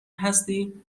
هستی